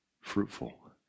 fruitful